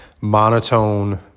monotone